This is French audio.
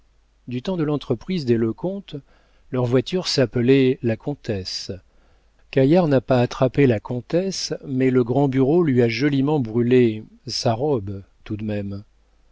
du temps de l'entreprise des lecomte leurs voitures s'appelaient la comtesse caillard n'a pas attrapé la comtesse mais le grand bureau lui a joliment brûlé sa robe tout de même